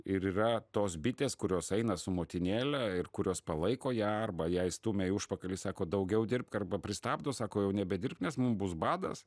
ir yra tos bitės kurios eina su motinėle ir kurios palaiko ją arba ją stumia į užpakalį sako daugiau dirbk arba pristabdo sako jau nebedirbk nes mum bus badas